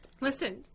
Listen